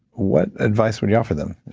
what advice would you offer them?